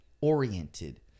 oriented